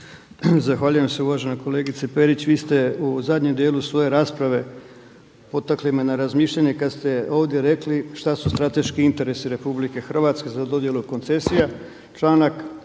Zahvaljujem se. Uvažena kolegice Perić. Vi ste u zadnjem dijelu svoje rasprave potakli me na razmišljanje kada ste ovdje rekli šta su strateški interesi RH za dodjelu koncesija.